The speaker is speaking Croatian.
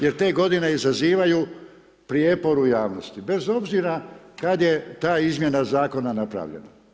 Jer te godine izazivaju prijepor u javnosti bez obzira kada je ta izmjena zakona napravljena.